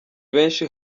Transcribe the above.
benshi